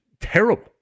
terrible